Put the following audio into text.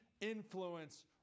influence